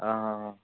অঁ অঁ